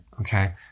Okay